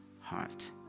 heart